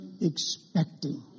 expecting